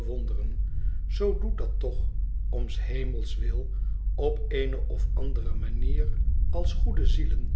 bewonderen zoo doet dat toch om s hemels wil op eene of andere manier als goede zielen